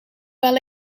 wel